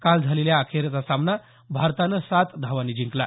काल झालेला अखेरचा सामना भारतानं सात धावांनी जिंकला